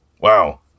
Wow